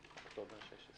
אוקטובר 2016